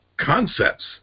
concepts